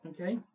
Okay